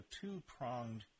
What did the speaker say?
two-pronged